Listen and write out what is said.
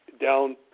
down